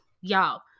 y'all